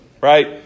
right